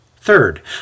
Third